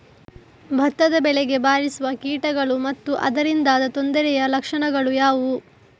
ಭತ್ತದ ಬೆಳೆಗೆ ಬಾರಿಸುವ ಕೀಟಗಳು ಮತ್ತು ಅದರಿಂದಾದ ತೊಂದರೆಯ ಲಕ್ಷಣಗಳು ಯಾವುವು?